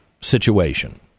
situation